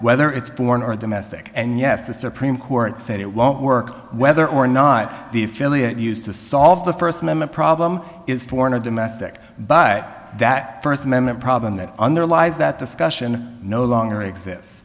whether it's born or domestic and yes the supreme court said it won't work whether or not the affiliate used to solve the first amendment problem is foreign or domestic but that first amendment problem that underlies that discussion no longer exists